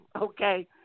okay